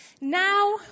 now